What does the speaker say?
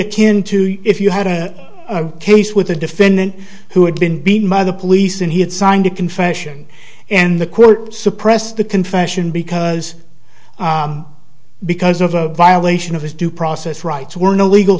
akin to if you had a case with a defendant who had been beaten by the police and he had signed a confession and the court suppressed the confession because because of a violation of his due process rights were no legal